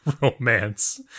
romance